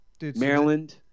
Maryland